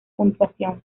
puntuación